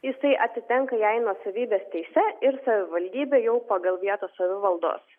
jisai atitenka jai nuosavybės teise ir savivaldybė jau pagal vietos savivaldos